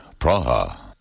Praha